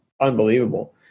unbelievable